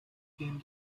came